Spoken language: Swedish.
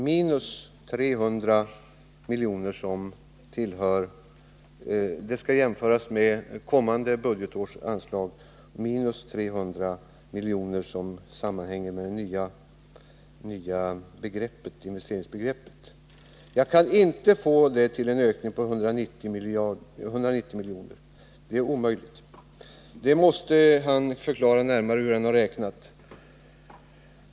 Detta skall då jämföras med det kommande budgetårets anslag minus 300 milj.kr. som hör ihop med det nya investeringsbegreppet. Jag kan inte komma fram till att det blir en ökning på 190 milj.kr. Herr Clarkson måste närmare förklara hur han har räknat.